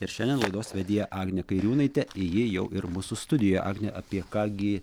ir šiandien laidos vedėja agnė kairiūnaitė ji jau ir mūsų studijoje agne apie ką gi